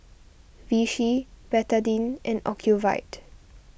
Vichy Betadine and Ocuvite